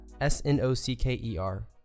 S-N-O-C-K-E-R